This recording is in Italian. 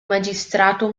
magistrato